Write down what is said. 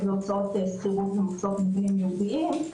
בהוצאות שכירות ומוצאות מבנים ייעודיים,